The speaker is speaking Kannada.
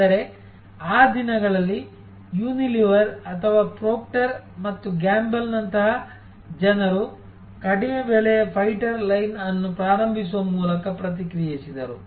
ಆದರೆ ಆ ದಿನಗಳಲ್ಲಿ ಯೂನಿಲಿವರ್ ಅಥವಾ ಪ್ರೊಕ್ಟರ್ ಮತ್ತು ಗ್ಯಾಂಬಲ್ ನಂತಹ ಜನರು ಕಡಿಮೆ ಬೆಲೆಯ ಫೈಟರ್ ಲೈನ್ ಅನ್ನು ಪ್ರಾರಂಭಿಸುವ ಮೂಲಕ ಪ್ರತಿಕ್ರಿಯಿಸಿದರು